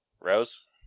rose